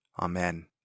Amen